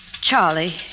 Charlie